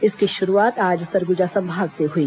इसकी शुरूआत आज सरगुजा संभाग से हुई